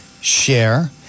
share